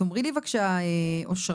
תאמרי לי בבקשה אושרה,